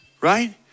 Right